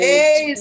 Hey